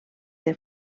del